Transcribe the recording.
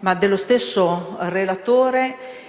lo stesso relatore